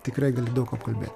tikrai gali daug apkalbėti